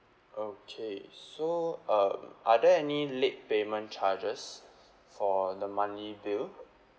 okay so um are there any late payment charges for the monthly bill